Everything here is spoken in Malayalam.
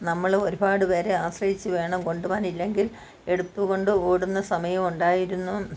നമ്മള് ഒരുപാട് പേരെ ആശ്രയിച്ചു വേണം കൊണ്ടുപോകാൻ ഇല്ലെങ്കിൽ എടുത്തുകൊണ്ട് ഓടുന്ന സമയവും ഉണ്ടായിരുന്നു